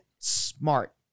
smart